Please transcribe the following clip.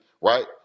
Right